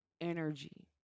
energy